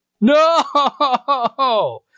No